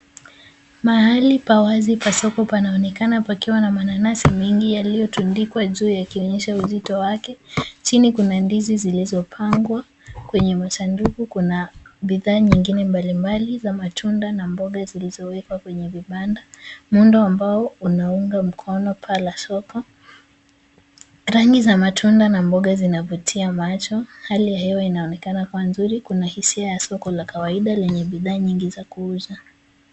Mahali pa wazi pa soko panaonekana pakiwa na mananasi mengi yaliyotundikwa juu yakionyesha uzito wake. Chini kuna ndizi zilizopangwa. Kwenye masanduku kuna bidhaa nyingine mbalimbali za matunda na mboga zilizowekwa kwenye vibanda. Muundo wa mbao unaunga mkono paa la soko. Rangi za matunda na mboga zinavutia macho. Hali ya hewa inaonekana kuwa nzuri. Kuna hisia ya soko la kawaida lenye bidhaa nyingi za kuuza.